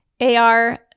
AR